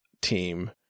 team